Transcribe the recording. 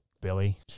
Billy